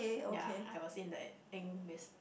ya I got seen the ink base